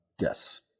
Yes